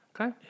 Okay